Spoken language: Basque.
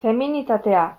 feminitatea